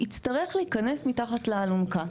יצטרך להיכנס מתחת לאלונקה,